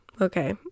okay